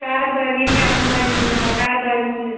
car parking அந்த மாதிரிங்களா car parking